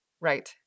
right